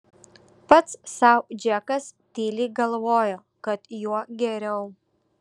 pats sau džekas tyliai galvojo kad juo geriau